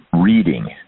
reading